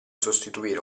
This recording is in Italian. sostituire